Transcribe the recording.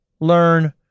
learn